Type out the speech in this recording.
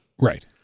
Right